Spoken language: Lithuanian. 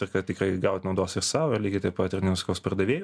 ir kad tikrai gaut naudos ir sau ir lygiai taip pat ir nenuskriaust pardavėjų